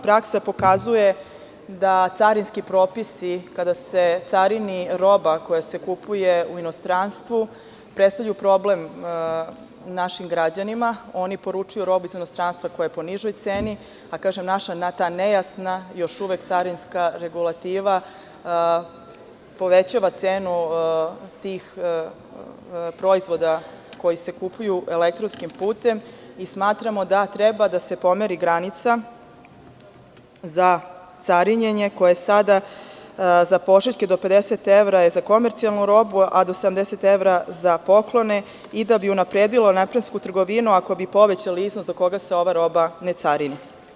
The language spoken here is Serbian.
Praksa pokazuje da carinski propisi kada se carini roba koja se kupuje u inostranstvu predstavljaju problem našim građanima, oni poručuju robu iz inostranstva, koja je po nižoj ceni, a kažem naša nejasna, još uvek carinska regulativa povećava cenu tih proizvoda koji se kupuju elektronskim putem i smatramo da treba da se pomeri granica za carinjenje koja sada za pošiljke do 50 evra je za komercijalnu robu, a do 80 evra je za poklone i da bi unapredila elektronsku trgovinu ako bi povećali iznos do koga se ova roba ne carini.